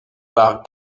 par